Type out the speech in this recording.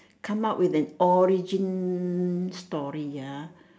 come up with an origin story ah